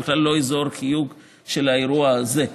זה בכלל לא אזור החיוג של האירוע הזה.